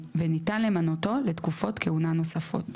וניתן למנותו לתקופות כהונה נוספות."